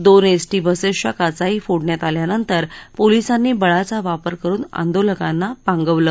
दोन एसटी बसेसच्या काचाही फोडण्यात आल्यानंतर पोलिसांनी बळाचा वापर करून आंदोलकांना पांगवलं